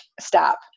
stop